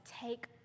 take